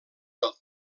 del